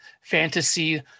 fantasy